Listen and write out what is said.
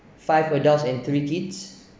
five adults and three kids